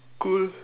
cool